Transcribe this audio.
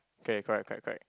okay correct correct correct